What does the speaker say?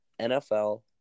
NFL